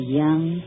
young